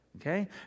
Okay